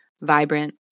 vibrant